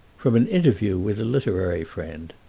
from an interview with a literary friend.